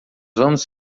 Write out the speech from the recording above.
vamos